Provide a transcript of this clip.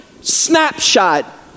snapshot